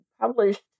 published